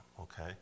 Okay